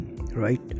right